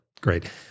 great